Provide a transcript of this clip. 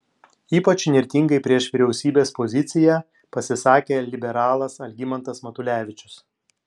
ypač įnirtingai prieš vyriausybės poziciją pasisakė liberalas algimantas matulevičius